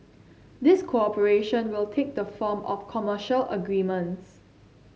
this cooperation will take the form of commercial agreements